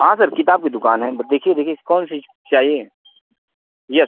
हाँ सर किताब की दुकान है देखिए देखिए कौन सी चाहिए यस